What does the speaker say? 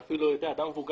צריך לעבור